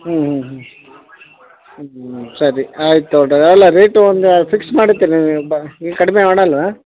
ಹ್ಞೂ ಹ್ಞೂ ಹ್ಞೂ ಸರಿ ಆಯ್ತು ಟೋಟಲೆಲ್ಲ ರೇಟು ಒಂದು ಫಿಕ್ಸ್ ಮಾಡಿರ್ತೀರಿ ನೀವು ಬ ನೀವು ಕಡಿಮೆ ಮಾಡೋಲ್ವ